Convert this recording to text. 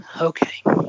Okay